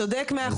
צודק מאה